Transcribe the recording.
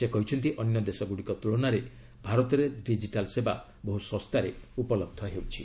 ସେ କହିଛନ୍ତି ଅନ୍ୟ ଦେଶଗୁଡ଼ିକ ତୁଳନାରେ ଭାରତରେ ଡିଜିଟାଲ୍ ସେବା ବହୁ ଶସ୍ତାରେ ଉପଲହ୍ଧ ହେଉଛି